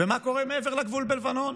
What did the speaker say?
ומה קורה מעבר לגבול בלבנון?